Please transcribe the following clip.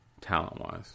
talent-wise